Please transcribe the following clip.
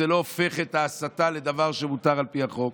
זה לא הופך את ההסתה לדבר שמותר על פי החוק